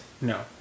No